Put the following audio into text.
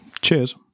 Cheers